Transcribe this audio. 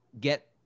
get